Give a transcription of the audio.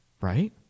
Right